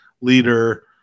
leader